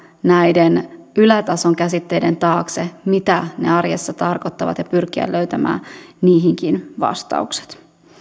näiden ylätason käsitteiden taakse mitä ne arjessa tarkoittavat ja pyrkiä löytämään niihinkin vastaukset